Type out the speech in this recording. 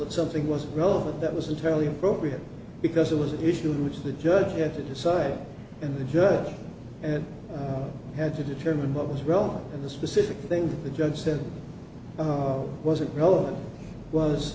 that something was relevant that was entirely appropriate because it was an issue in which the judge had to decide and the judge and had to determine what was relevant in the specific things the judge said wasn't relevant was